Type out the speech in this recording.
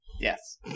Yes